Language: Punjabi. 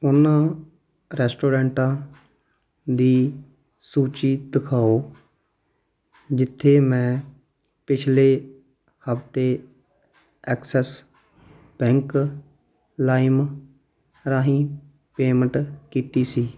ਉਹਨਾਂ ਰੈਸਟੋਰੈਂਟਾਂ ਦੀ ਸੂਚੀ ਦਿਖਾਓ ਜਿੱਥੇ ਮੈਂ ਪਿਛਲੇ ਹਫ਼ਤੇ ਐਕਸਸ ਬੈਂਕ ਲਾਈਮ ਰਾਹੀਂ ਪੇਮੰਟ ਕੀਤੀ ਸੀ